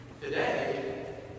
Today